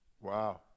Wow